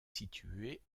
située